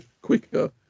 quicker